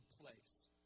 place